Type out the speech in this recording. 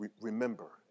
Remember